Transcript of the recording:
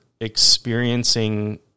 experiencing